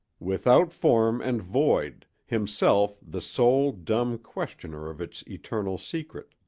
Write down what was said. without form and void, himself the sole, dumb questioner of its eternal secret.